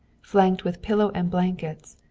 flanked with pillow and blankets,